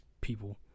people